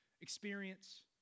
experience